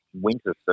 winter